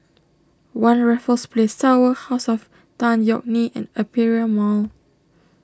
one Raffles Place Tower House of Tan Yeok Nee and Aperia Mall